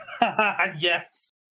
Yes